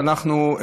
אבל אנחנו,